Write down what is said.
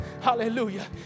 Hallelujah